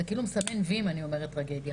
זה כאילו מסמן וי אם אני אומרת טרגדיה